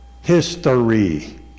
history